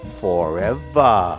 forever